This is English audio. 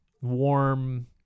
warm